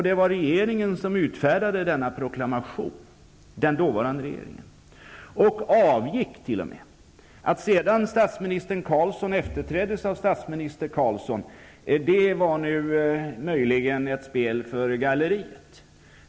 Den regering som utfärdade denna proklamation avgick t.o.m. Att sedan statsminister Carlsson efterträddes av statsminiter Carlsson var möjligen ett spel för galleriet.